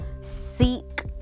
seek